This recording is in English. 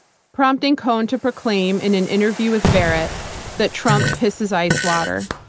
prompting cohn to proclaim in an interview with barrett that trump pisses ice water.